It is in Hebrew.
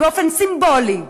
באופן סימבולי,